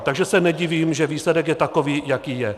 Takže se nedivím, že výsledek je takový, jaký je.